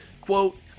quote